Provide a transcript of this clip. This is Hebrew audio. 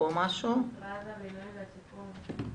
אופיר בנט ממשרד הבינוי והשיכון,